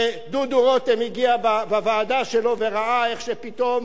ודודו רותם הגיע בוועדה שלו וראה איך שפתאום